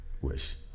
wish